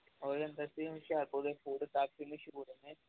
ਹੁਸ਼ਿਆਰਪੁਰ ਚ ਫੂਡ ਮਸ਼ਹੂਰ ਹੈ